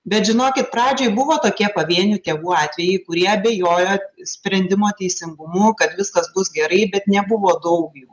bet žinokit pradžioj buvo tokie pavienių tėvų atvejai kurie abejojo sprendimo teisingumu kad viskas bus gerai bet nebuvo daug jų